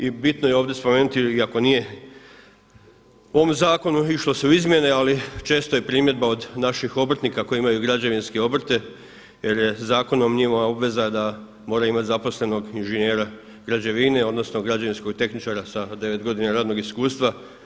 I bitno je ovdje spomenuti iako nije u ovom zakonu se išlo se u izmjene, ali često je primjedba od naših obrtnika koji imaju građevinske obrte jer je zakonom njima obveza da moraju imati zaposlenog inženjera građevine, odnosno građevinskog tehničara sa 9 godina radnog iskustva.